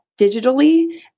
digitally